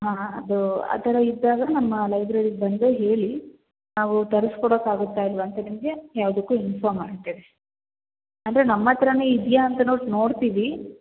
ಹಾಂ ಅದು ಆ ಥರ ಇದ್ದಾಗ ನಮ್ಮ ಲೈಬ್ರರೀಗೆ ಬಂದು ಹೇಳಿ ನಾವು ತರಿಸ್ಕೊಡೋಕ್ ಆಗುತ್ತ ಇಲ್ವಾ ಅಂತ ನಿಮಗೆ ಯಾವ್ದುಕ್ಕು ಇನ್ಫಾಮ್ ಮಾಡ್ತೇವೆ ಅಂದರೆ ನಮ್ಮಹತ್ರ ಇದೆಯಾ ಅಂತ ನೋಡ್ತೀವಿ